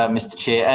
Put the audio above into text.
um mr chair,